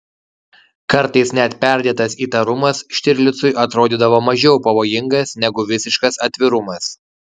kartais net perdėtas įtarumas štirlicui atrodydavo mažiau pavojingas negu visiškas atvirumas